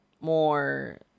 more